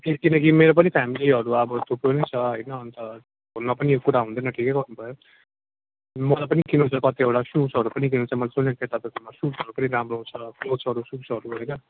किनकि मेरो पनि फेमिलीहरू अब थुप्रो नै छ होइन अन्त फोनमा पनि कुरा हुँदैन ठिकै गर्नु भयो मलाई पनि किन्नु छ कतिवटा सूजहरू पनि किन्नु छ मैले सुनेको थिएँ तपाईँकोमा सुजहरू पनि राम्रो आउँछ क्लोत्सहरू सूजहरू होइन